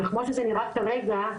וכמו שזה נראה כרגע,